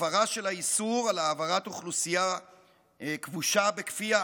הפרה של האיסור של העברת אוכלוסייה כבושה בכפייה,